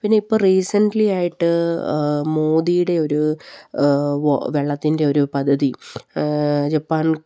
പിന്നെ ഇപ്പോള് റീസൻറ്ലി ആയിട്ട് മോദിയുടെ ഒരു വെള്ളത്തിൻ്റെ ഒരു പദ്ധതി ജപ്പാൻ